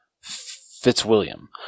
Fitzwilliam